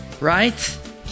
right